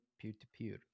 peer-to-peer